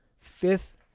fifth